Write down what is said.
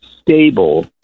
stable